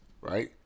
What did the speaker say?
right